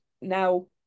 now